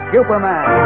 Superman